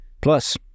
Plus